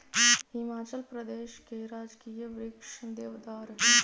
हिमाचल प्रदेश के राजकीय वृक्ष देवदार हई